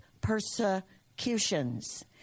persecutions